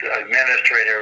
Administrator